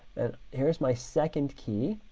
and here's my second key,